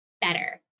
better